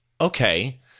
okay